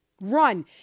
run